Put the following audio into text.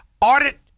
audit